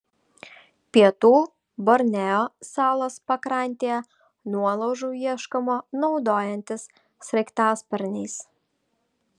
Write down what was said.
pietų borneo salos pakrantėje nuolaužų ieškoma naudojantis sraigtasparniais